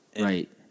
Right